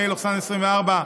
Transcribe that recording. פ/3728/24,